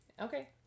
Okay